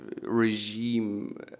regime